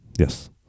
Yes